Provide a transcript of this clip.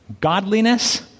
godliness